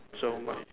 so my